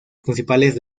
principales